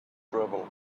drivel